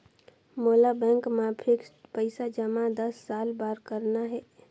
मोला बैंक मा फिक्स्ड पइसा जमा दस साल बार करना हे?